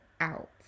out